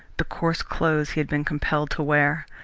the coarse clothes he had been compelled to wear,